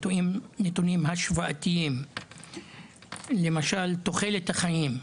נתונים השוואתיים למשל תוחלת החיים,